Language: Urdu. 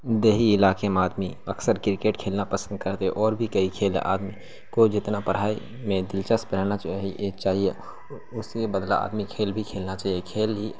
دیہی علاقے میں آدمی اکثر کرکٹ کھیلنا پسند کرتے اور بھی کئی کھیل آدمی کو جتنا پڑھائی میں دلچسپ رہنا چاہیے اس کے بدلہ اپنے کھیل بھی کھیلنا چاہیے کھیل ہی